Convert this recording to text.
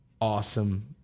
awesome